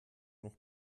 noch